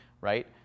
right